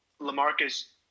LaMarcus